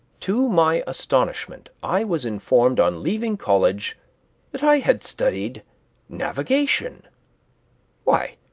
to my astonishment i was informed on leaving college that i had studied navigation why,